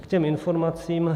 K těm informacím.